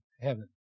heaven